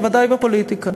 ובוודאי בפוליטיקה.